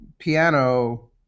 Piano